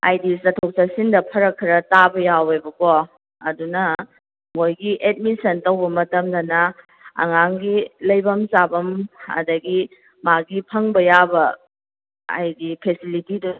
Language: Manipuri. ꯍꯥꯏꯗꯤ ꯆꯠꯊꯣꯛ ꯆꯠꯁꯤꯟꯗ ꯐꯔꯛ ꯈꯔ ꯇꯥꯕ ꯌꯥꯎꯋꯦꯕꯀꯣ ꯑꯗꯨꯅ ꯃꯣꯏꯒꯤ ꯑꯦꯠꯃꯤꯁꯟ ꯇꯧꯕ ꯃꯇꯝꯗꯅ ꯑꯉꯥꯡꯒꯤ ꯂꯩꯐꯝ ꯆꯥꯐꯝ ꯑꯗꯒꯤ ꯃꯥꯒꯤ ꯐꯪꯕ ꯌꯥꯕ ꯍꯥꯏꯗꯤ ꯐꯦꯁꯤꯂꯤꯇꯤꯗꯣ